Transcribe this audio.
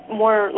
more